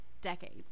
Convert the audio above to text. decades